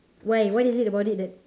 why what is it about it that